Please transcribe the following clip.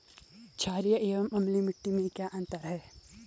छारीय एवं अम्लीय मिट्टी में क्या अंतर है?